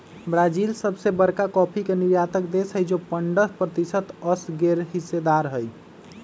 Brazil सबसे बरका coffee के निर्यातक देश हई जे पंडह प्रतिशत असगरेहिस्सेदार हई